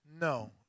No